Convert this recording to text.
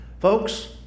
Folks